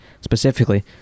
specifically